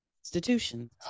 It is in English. Institutions